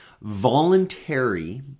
voluntary